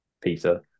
peter